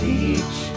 Teach